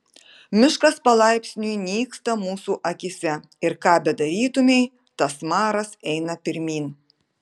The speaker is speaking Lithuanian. miškas palaipsniui nyksta mūsų akyse ir ką bedarytumei tas maras eina pirmyn